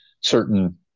certain